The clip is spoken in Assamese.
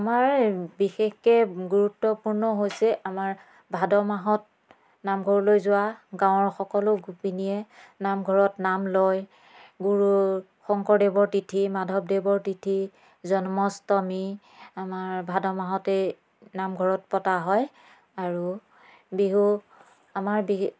আমাৰ বিশেষকৈ গুৰুত্বপূৰ্ণ হৈছে আমাৰ ভাদ মাহত নামঘৰলৈ যোৱা গাঁৱৰ সকলো গোপিনীয়ে নামঘৰত নাম লয় গুৰু শংকৰদেৱৰ তিথি মাধৱদেৱৰ তিথি জন্মাষ্টমী আমাৰ ভাদ মাহতেই নামঘৰত পতা হয় আৰু বিহু আমাৰ বি